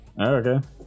Okay